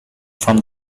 from